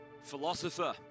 Philosopher